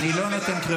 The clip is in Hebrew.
אדוני יושב-ראש הישיבה,